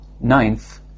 Ninth